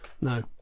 No